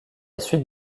suite